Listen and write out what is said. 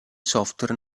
software